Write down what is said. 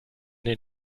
den